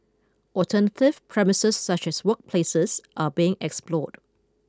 alternative premises such as workplaces are being explored